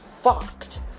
Fucked